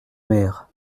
mère